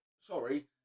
sorry